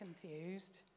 confused